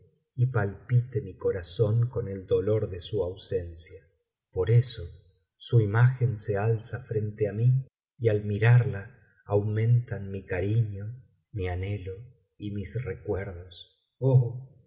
palpite mi corazón con el dolor de su ausencia por eso su imagen se alza frente á mí y al mirarla aumentan mi cariño mi anhelo y mis recuerdos oh